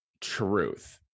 truth